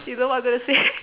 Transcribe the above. you know what they'll say